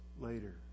later